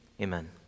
Amen